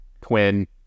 Twin